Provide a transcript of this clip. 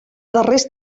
darrers